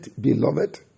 beloved